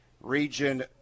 Region